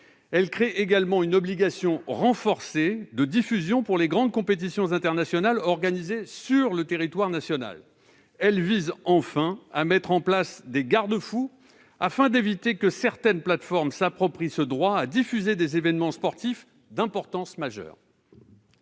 Elle crée également une obligation renforcée de diffusion pour les grandes compétitions internationales organisées sur le territoire national. Elle vise, enfin, à mettre en place des garde-fous, afin d'éviter que certaines plateformes ne s'approprient le droit à diffuser des événements sportifs d'importance majeure.